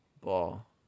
Ball